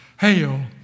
hail